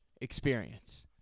experience